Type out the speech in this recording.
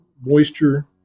moisture